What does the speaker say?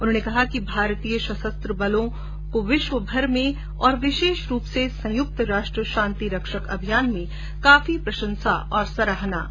उन्होंने कहा कि भारतीय सशस्त्र बलों कोविश्वभर में और विशेष रूप से संयुक्त राष्ट्र शांति रक्षक अभियान में काफी प्रशंसाऔर सराहना मिलती है